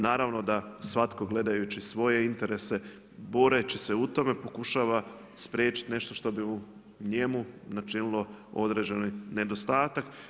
Naravno da svatko gledajući svoje interese boreći se u tome pokušava spriječiti nešto što bi njemu načinilo određeni nedostatak.